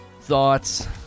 thoughts